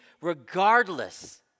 regardless